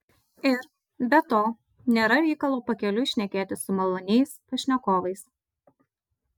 ir be to nėra reikalo pakeliui šnekėtis su maloniais pašnekovais